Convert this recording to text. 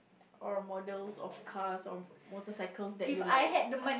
or models of cars of motorcycles that you like